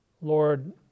Lord